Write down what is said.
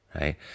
right